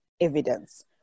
evidence